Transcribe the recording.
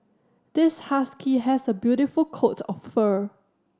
this husky has a beautiful coat of fur